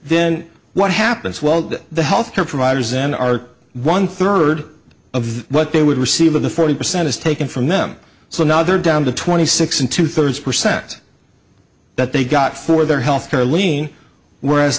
then what happens well that the health care providers then are one third of what they would receive of the forty percent is taken from them so now they're down to twenty six in two thirds percent that they got for their health care lien whereas